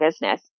business